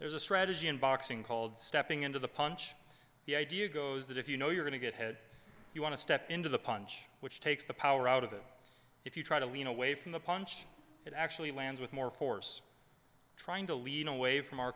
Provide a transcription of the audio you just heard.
there's a strategy in boxing called stepping into the punch the idea goes that if you know you're going to get ahead you want to step into the punch which takes the power out of it if you try to lean away from the punch it actually lands with more force trying to lean away from our